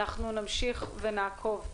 אנחנו נמשיך ונעקוב.